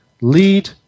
Lead